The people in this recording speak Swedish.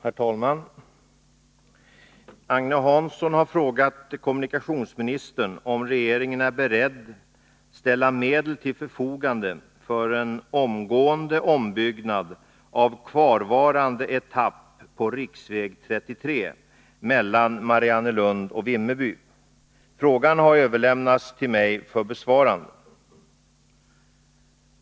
Herr talman! Agne Hansson har frågat kommunikationsministern om regeringen är beredd ställa medel till förfogande för en omgående 179 ombyggnad av kvarvarande etapp på riksväg 33 mellan Mariannelund och Vimmerby. Frågan har överlämnats till mig för besvarande.